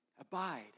abide